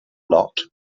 lot